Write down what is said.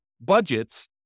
budgets